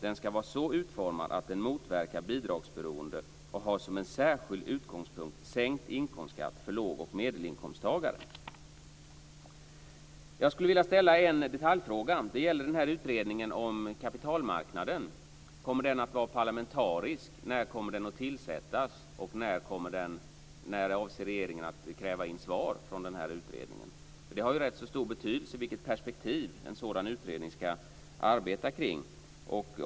Den skall vara så utformad att den motverkar bidragsberoende och har som en särskild utgångspunkt en sänkt inkomstskatt för låg och medelinkomsttagare." Jag skulle vilja ställa en detaljfråga, och det gäller utredningen om kapitalmarknaden: Kommer den att vara parlamentarisk? När kommer den att tillsättas? När avser regeringen att kräva in svar från utredningen? Det har rätt stor betydelse vilket perspektiv en sådan utredning ska arbeta kring.